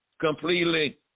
completely